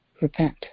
repent